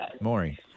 Maury